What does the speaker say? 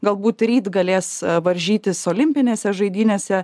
galbūt ryt galės varžytis olimpinėse žaidynėse